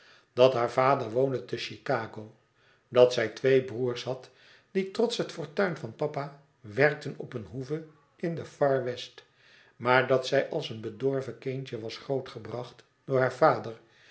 dat haar vader woonde te chicago dat zij twee broêrs had die trots het fortuin van papa werkten op een hoeve in de far west maar dat zij als een bedorven kindje was grootgebracht door haar vader